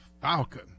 Falcon